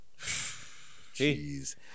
Jeez